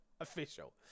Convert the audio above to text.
official